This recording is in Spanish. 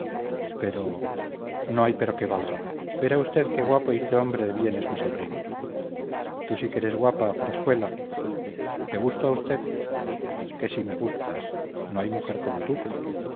pero no hay pero que valga verá usted qué guapo y qué hombre de bien es mi sobrino tú sí que eres guapa frascuela le gusto a usted que si me gustas no hay mujer como tú